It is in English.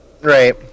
Right